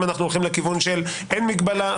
אם אנחנו הולכים לכיוון של אין מגבלה,